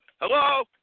Hello